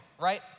right